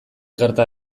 gerta